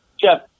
Jeff